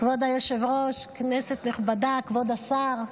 כבוד היושב-ראש, כנסת נכבדה, כבוד השר,